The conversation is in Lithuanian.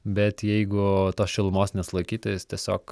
bet jeigu tos šilumos nusulaikyti tai jis tiesiog